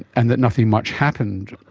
and that nothing much happened?